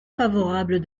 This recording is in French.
favorable